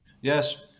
Yes